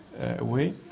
away